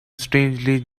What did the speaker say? strangely